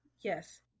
Yes